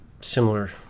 similar